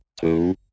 two